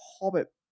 Hobbit